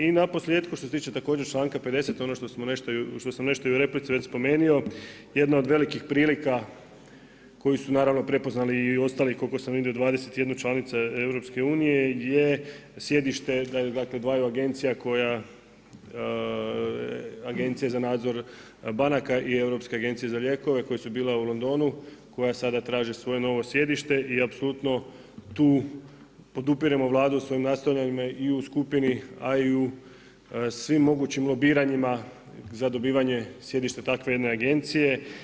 I na posljetku, što se tiče također čl. 50 ono što sam nešto i u replici već spomenuo, jedna od velikih prilika, koji su naravno prepoznani i ostali, koliko sam vidio 21 članice EU je sjedište, dakle 2 agencija koja, agencije za nadzor banaka i europske agencije za lijekove, koje su bile u Londonu, koje sada traže svoje novo sjedište i apsolutno tu podupremo Vladu svojim nastojanjima i u skupini, a i u svim mogućim lobiranjima za dobivanje sjedište takve jedne agencije.